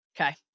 Okay